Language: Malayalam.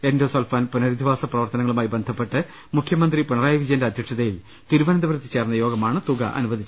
എൻഡോസൾഫാൻ പുനരധിവാസ പ്രവർത്തനങ്ങളുമായി ബന്ധപ്പെട്ട് മുഖ്യമന്ത്രി പിണറായി വിജയന്റെ അധ്യക്ഷതയിൽ തിരുവനന്തപുരത്ത് ചേർന്ന യോഗമാണ് തുക അനുവദിച്ചത്